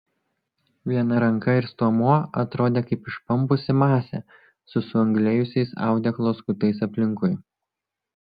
viena ranka ir stuomuo atrodė kaip išpampusi masė su suanglėjusiais audeklo skutais aplinkui